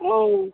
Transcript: অঁ